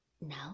No